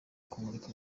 kumurika